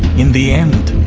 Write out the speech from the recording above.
in the end,